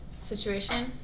situation